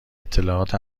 اطلاعات